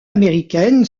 américaine